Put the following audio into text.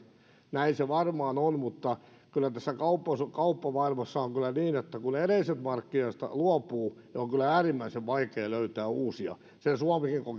näin se varmaan on mutta kyllä tässä kauppamaailmassa on niin että kun edellisestä markkinasta luopuu niin on kyllä äärimmäisen vaikeaa löytää uusia sen suomikin koki